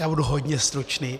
Já budu hodně stručný.